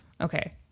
Okay